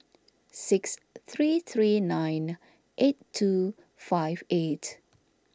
six three three nine eight two five eight